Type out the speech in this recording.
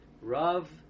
Rav